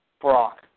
Brock